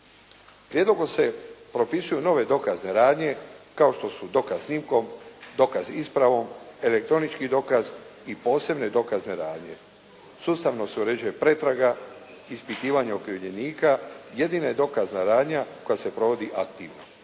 Prijedlogom se propisuju nove dokazne radnje kao što su dokaz snimkom, dokaz ispravom, elektronički dokaz i posebne dokazne radnje. Sustavno se uređuje pretraga, ispitivanje okrivljenika. Jedina je dokazna radnja koja se provodi aktivno.